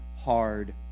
hard